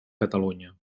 catalunya